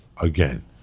Again